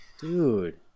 Dude